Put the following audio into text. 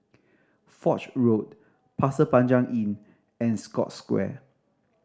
Foch Road Pasir Panjang Inn and Scotts Square